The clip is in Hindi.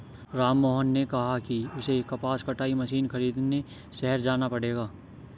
राममोहन ने कहा कि उसे कपास कटाई मशीन खरीदने शहर जाना पड़ेगा